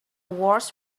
wars